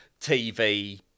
TV